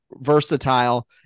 versatile